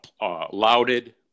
lauded